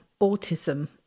autism